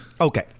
Okay